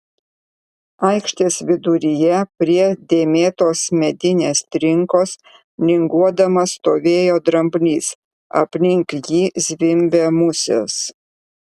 aikštės viduryje prie dėmėtos medinės trinkos linguodamas stovėjo dramblys aplink jį zvimbė musės